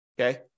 okay